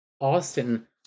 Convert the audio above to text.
Austin